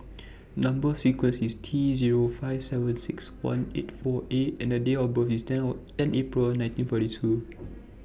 Number sequence IS T Zero five seven six one eight four A and Date of birth IS ten Or ten April nineteen forty two